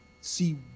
see